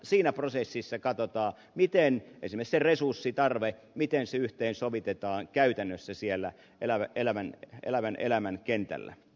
siinä prosessissa katsotaan esimerkiksi se resurssitarve miten se yhteensovitetaan käytännössä siellä elävän elämän kentällä